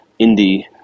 indie